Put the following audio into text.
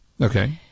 Okay